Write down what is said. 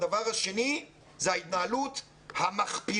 הדבר השני הוא ההתנהלות המחפירה,